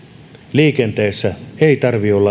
liikenteessä ei